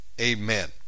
amen